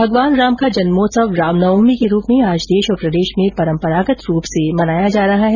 भगवान राम का जन्मोत्सव रामनवमी के रूप में आज देश और प्रदेश में परम्परागत रूप से मनाया जा रहा है